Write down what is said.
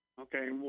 Okay